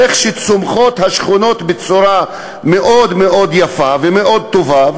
איך צומחות שם השכונות בצורה מאוד מאוד יפה ומאוד טובה,